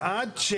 אדם?